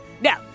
Now